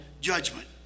judgment